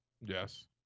yes